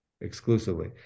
exclusively